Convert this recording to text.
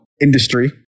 industry